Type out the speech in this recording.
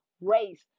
race